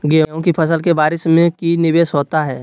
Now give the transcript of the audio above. गेंहू के फ़सल के बारिस में की निवेस होता है?